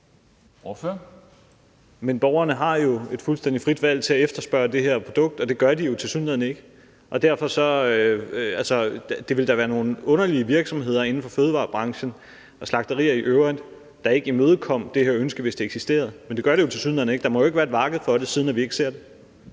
Men borgerne har jo et fuldstændig frit valg til at efterspørge det her produkt, og det gør de tilsyneladende ikke. Det ville da være nogle underlige virksomheder inden for fødevarebranchen og slagterier i øvrigt, der ikke imødekom det her ønske, hvis det eksisterede, men det gør det jo tilsyneladende ikke. Der må jo ikke være et marked for det, siden vi ikke ser det.